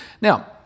Now